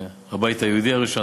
והבית היהודי הראשון,